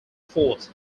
fort